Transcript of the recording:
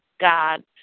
God